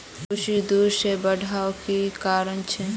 कुशी देर से बढ़वार की कारण छे?